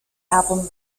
album